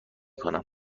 کنم